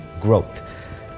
growth